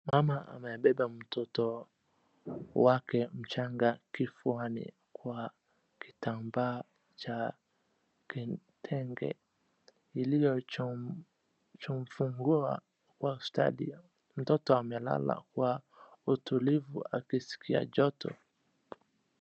Mama amebeba mtoto wake mchanga kifuani kwa kitambaa cha kitenge, ilichomfungua kwa stadia . Mtoto amelala kwa utulivu akiskia joto.